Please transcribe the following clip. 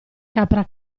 capra